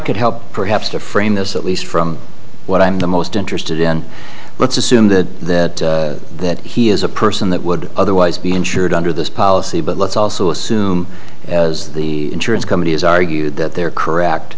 could help perhaps to frame this at least from what i'm the most interested in let's assume that that he is a person that would otherwise be insured under this policy but let's also assume as the insurance company has argued that they are correct